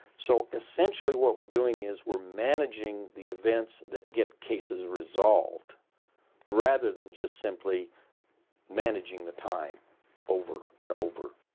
so essentially what we're doing is we're managing the events that get cases resolved rather than just simply managing the time over and over.